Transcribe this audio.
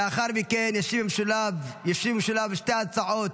לאחר מכן ישיב שר האוצר במשולב לשתי ההצעות,